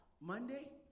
Monday